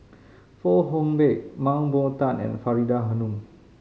Fong Hoe Beng Mah Bow Tan and Faridah Hanum